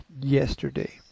yesterday